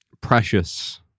precious